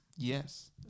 Yes